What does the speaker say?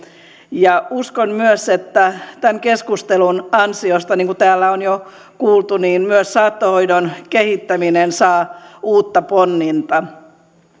uskon myös että tämän keskustelun ansiosta niin kuin täällä on jo kuultu myös saattohoidon kehittäminen saa uutta ponninta